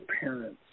parents